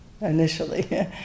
initially